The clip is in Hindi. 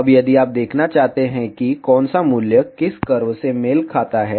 अब यदि आप देखना चाहते हैं कि कौन सा मूल्य किस कर्व से मेल खाता है